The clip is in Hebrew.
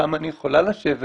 ששם אני יכולה לשבת,